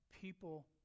people